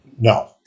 No